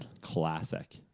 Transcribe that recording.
Classic